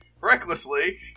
recklessly